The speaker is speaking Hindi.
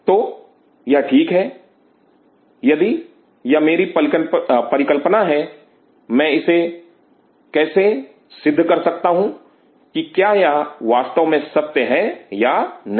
तो यह ठीक है यदि या मेरी परिकल्पना है मैं कैसे इस परिकल्पना को सिद्ध कर सकता हूं कि क्या यह वास्तव में सत्य है या नहीं